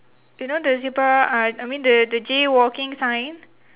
you know the zebra uh I mean the the jaywalking sign